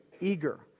eager